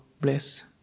bless